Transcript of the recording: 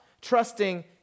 trusting